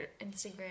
Instagram